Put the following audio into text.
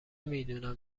میدونم